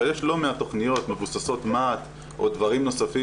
אבל יש לא מעט תכניות מבוססות מה"ט או דברים נוספים